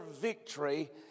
victory